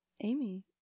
Amy